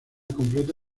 completa